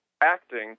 acting